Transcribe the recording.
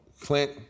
Clint